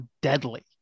deadly